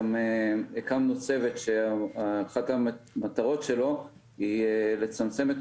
גם הקמנו צוות שאחת המטרות שלו היא לצמצם את